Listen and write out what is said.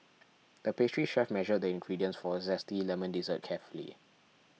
the pastry chef measured the ingredients for a Zesty Lemon Dessert carefully